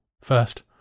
First